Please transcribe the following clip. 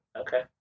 Okay